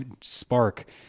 spark